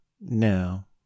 now